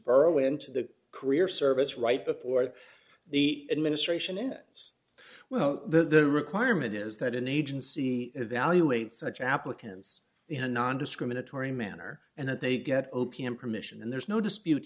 burrow into the career service right before the administration in its well the requirement is that an agency evaluate such applicants nondiscriminatory manner and that they get o p m permission and there's no dispute